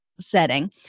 setting